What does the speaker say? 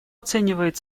оценивает